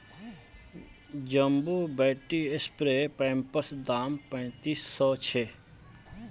jumbo battery spray पंपैर दाम पैंतीस सौ छे